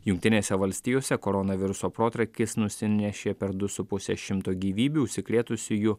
jungtinėse valstijose koronaviruso protrūkis nusinešė per du su puse šimto gyvybių užsikrėtusiųjų